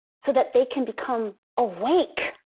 so that they can become awake,